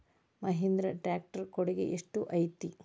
Mahindra tractor ಕೊಡುಗೆ ಎಷ್ಟು ಐತಿ?